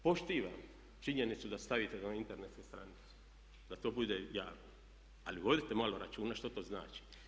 Poštujem činjenicu da stavite na internetsku stranicu da to bude javno ali vodite malo računa što to znači.